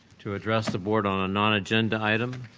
to address the board on non-agenda item.